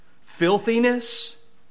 filthiness